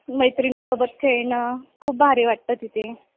मैत्रिणीसोबत खेळणं खूप भारी वाटतं तिथे